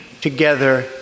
together